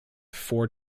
four